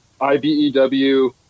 IBEW